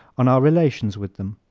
on our relations with him.